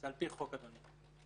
על פי חוק, אדוני.